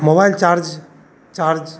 mobile charge charge